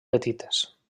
petites